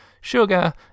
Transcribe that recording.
Sugar